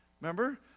Remember